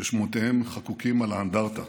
ושמותיהם חקוקים על האנדרטה.